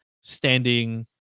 standing